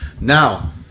Now